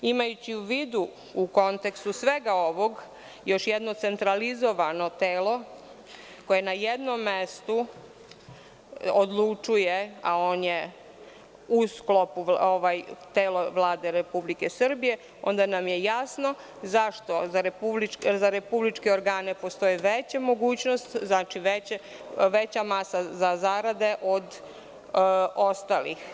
Imajući u vidu, u kontekstu svega ovog, još jedno centralizovano telo, koje na jednom mestu odlučuje, a telo je u sklopu Vlade Republike Srbije i onda nam je jasno zašto za republičke organe postoje veće mogućnosti, veća masa za zarade od ostalih.